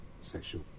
sexual